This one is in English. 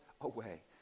away